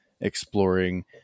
exploring